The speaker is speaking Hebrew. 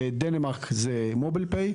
בדנמרק זה "MobilePay",